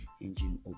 engine